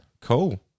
Cool